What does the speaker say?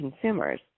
consumers